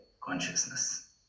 consciousness